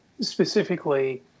specifically